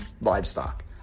livestock